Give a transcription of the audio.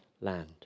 land